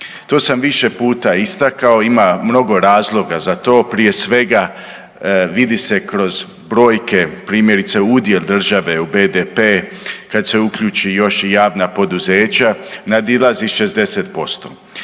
To sam više puta istakao. Ima mnogo razloga za to. Prije svega vidi se kroz brojke primjerice udio države u BDP kad se uključi još i javna poduzeća nadilazi 60%.